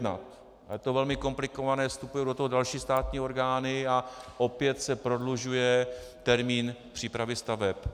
Je to velmi komplikované, vstupují do toho další státní orgány a opět se prodlužuje termín přípravy staveb.